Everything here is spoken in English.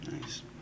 Nice